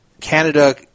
Canada